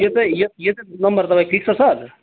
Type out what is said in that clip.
यो चाहिँ यो यो चाहिँ नम्बर तपाईँको फिक्स हो सर